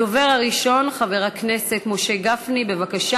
הדובר הראשון, חבר הכנסת משה גפני, בבקשה.